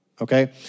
okay